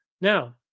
Now